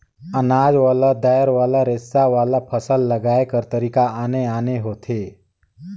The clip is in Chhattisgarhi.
अनाज वाला, दायर वाला, रेसा वाला, फसल लगाए कर तरीका आने आने होथे